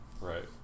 Right